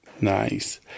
Nice